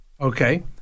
okay